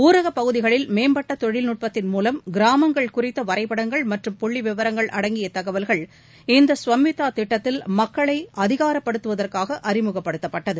ஊரக பகுதிகளில் மேம்பட்ட தொழில்நுட்பத்தின் மூலம் கிராமங்கள் குறித்த வரைபடங்கள் மற்றும் புள்ளி விவரங்கள் அடங்கிய தகவல்கள் இந்த ஸ்வம்விதா திட்டத்தில் மக்களை அதிகாரப்படுத்துவதற்காக அறிமுகப்படுத்தப்பட்டது